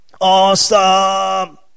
Awesome